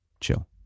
chill